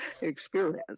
experience